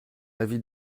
avis